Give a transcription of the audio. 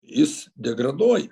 jis degraduoja